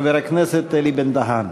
חבר הכנסת אלי בן-דהן.